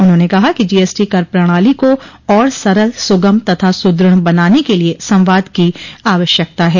उन्होंने कहा कि जीएसटी कर प्रणाली को और सरल सुगम तथा सुदृढ़ बनाने के लिए संवाद की आवश्यकता है